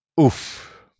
oof